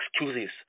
excuses